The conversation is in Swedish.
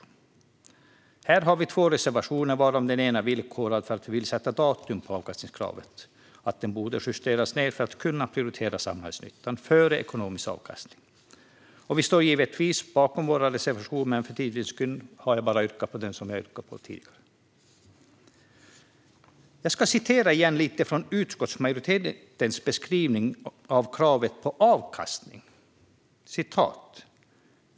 Här har Vänsterpartiet två reservationer, varav den ena är villkorad för att vi vill sätta ett datum för när avkastningskravet bör justeras ned så att samhällsnytta prioriteras före ekonomisk avkastning. Vi står givetvis bakom dessa reservationer, men för tids vinnande yrkar jag bifall bara till den som jag nämnde tidigare. Jag ska åter citera lite från utskottsmajoritetens beskrivning av kravet på avkastning.